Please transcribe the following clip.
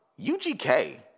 UGK